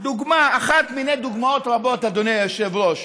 אחת מני דוגמאות רבות, אדוני היושב-ראש,